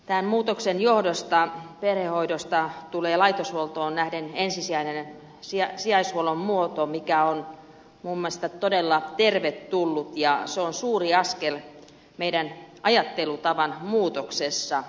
tämän muutoksen johdosta perhehoidosta tulee laitoshuoltoon nähden ensisijainen sijaishuollon muoto mikä on minun mielestäni todella tervetullutta ja se on suuri askel meidän ajattelutapamme muutoksessa